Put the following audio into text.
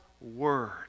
word